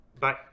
Bye